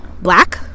black